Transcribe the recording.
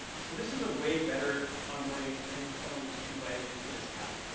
so this is a way better onboarding experience for someone who was invited into this app.